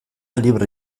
libre